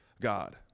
God